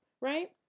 right